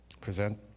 present